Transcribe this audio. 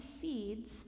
seeds